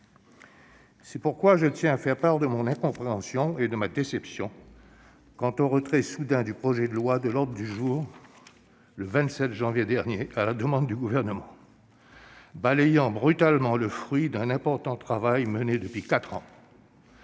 C'est pourquoi je tiens à faire part de mon incompréhension et de ma déception quant au retrait soudain du projet de loi de l'ordre du jour, le 27 janvier dernier. En procédant ainsi, le Gouvernement balayait brutalement l'important travail mené depuis quatre ans.